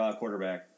quarterback